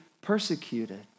persecuted